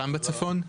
מהיכן בצפון?